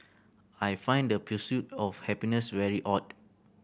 I find the pursuit of happiness very odd